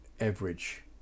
average